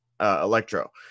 Electro